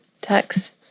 text